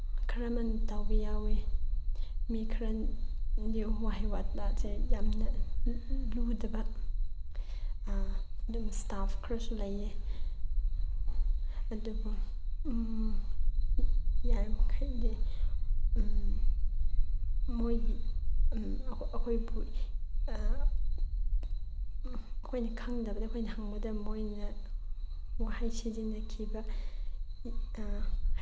ꯈꯔ ꯑꯃꯅ ꯇꯧꯕ ꯌꯥꯎꯋꯤ ꯃꯤ ꯈꯔꯗꯤ ꯋꯥꯍꯩ ꯋꯥꯇꯥꯁꯦ ꯌꯥꯝꯅ ꯂꯨꯗꯕ ꯑꯗꯨꯝ ꯏꯁꯇꯥꯐ ꯈꯔꯁꯨ ꯂꯩꯌꯦ ꯑꯗꯨꯕꯨ ꯌꯥꯔꯤꯃꯈꯩꯗꯤ ꯃꯣꯏꯒꯤ ꯑꯩꯈꯣꯏꯕꯨ ꯑꯩꯈꯣꯏꯅ ꯈꯪꯗꯕꯗ ꯑꯩꯈꯣꯏꯅ ꯍꯪꯕꯗ ꯃꯣꯏꯅ ꯋꯥꯍꯩ ꯁꯤꯖꯤꯟꯅꯈꯤꯕ